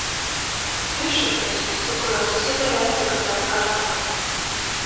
iššūkis su kuriuo susiduria tik z karta